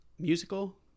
Musical